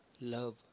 love